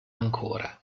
ancora